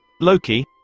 Loki